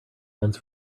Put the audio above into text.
hands